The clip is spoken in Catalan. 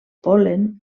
pol·len